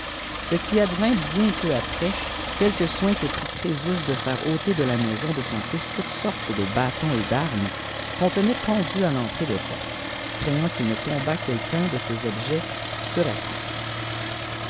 ce qui aavint mn peu après qudque soin ùë prit crépus de aire mer de la maison de son fils toutes sortes de bâtotts et d'arme qu on tenait pendus àj'entrée d portes craipêtîit quil ne tombât quelquun de ces objets sur